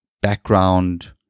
background